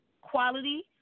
quality